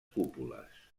cúpules